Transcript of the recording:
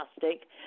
fantastic